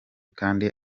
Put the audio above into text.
kandi